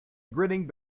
grinning